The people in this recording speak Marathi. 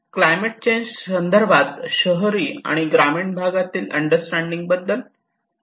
क्लायमेट चेंज संदर्भात शहरी आणि ग्रामीण भागातील अंडरस्टँडिंग बद्दल फरक आहे